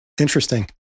Interesting